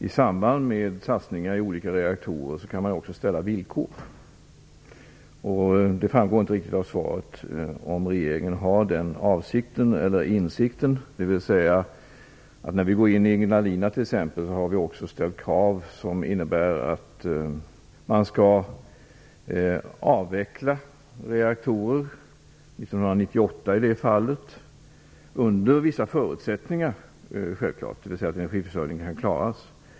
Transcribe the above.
I samband med satsningar i olika reaktorer kan man också ställa villkor. Det framgår inte riktigt av svaret om regeringen har den avsikten eller insikten. När vi t.ex. går in i Ignalina ställer vi krav som innebär att man skall avveckla reaktorer. I det fallet 1998. Det skall självklart ske under vissa förutsättningar, dvs. att energiförsörjningen kan klaras.